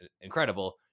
incredible